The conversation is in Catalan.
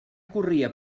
corria